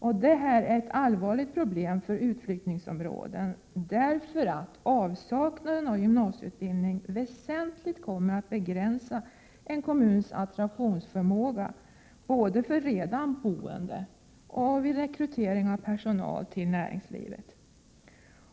Detta är ett allvarligt problem för utflyttningsområden, därför att avsaknaden av gymnasieutbildning väsentligt kommer att begränsa en kommuns attraktionsförmåga både för redan boende och vid rekrytering av personal till näringslivet.